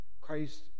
Christ